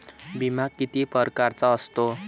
बिमा किती परकारचा असतो?